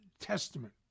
testament